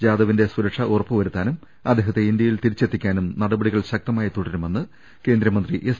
ജാദവിന്റെ സുരക്ഷ ഉറപ്പുവരുത്താനും അദ്ദേഹത്തെ ഇന്ത്യയിൽ തിരിച്ചെത്തിക്കാനും നടപടികൾ ശക്തമായി തുടരുമെന്ന് കേന്ദ്രമന്ത്രി എസ്